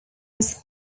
was